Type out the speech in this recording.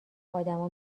آدما